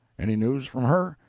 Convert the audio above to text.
any news from her?